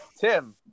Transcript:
Tim